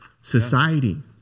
society